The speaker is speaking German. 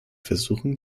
versuchen